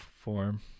form